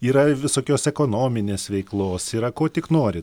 yra visokios ekonominės veiklos yra ko tik nori